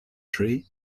tree